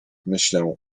myślę